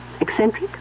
eccentric